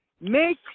Make